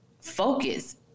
focus